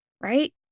Right